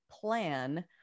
plan